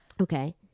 Okay